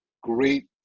great